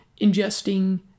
ingesting